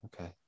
okay